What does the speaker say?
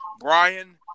Brian